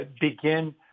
begin